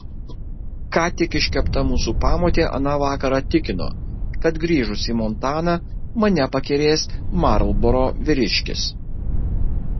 ką tik iškepta mūsų pamotė aną vakarą tikino kad grįžus į montaną mane pakerės marlboro vyriškis